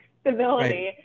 stability